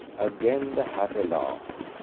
again the hatter laughed.